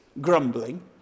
grumbling